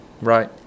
right